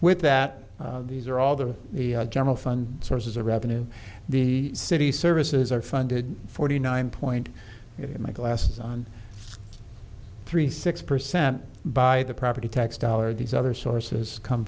with that these are all the general fund sources of revenue the city services are funded forty nine point in my classes on three six percent by the property tax dollar these other sources come